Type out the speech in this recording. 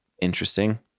interesting